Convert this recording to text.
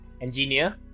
engineer